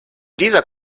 dieser